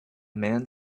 man